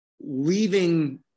leaving